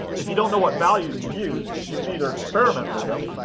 if you don't know what values to use, you can either experiment with them